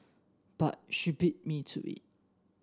but she beat me to it